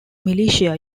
militia